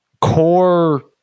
core